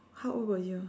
how old were you